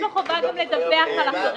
יש לו גם חובה לדווח על החריגות.